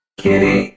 kitty